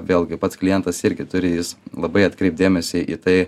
vėlgi pats klientas irgi turi jis labai atkreipt dėmesį į tai